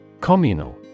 Communal